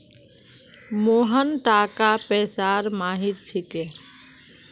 मोहन टाका पैसार माहिर छिके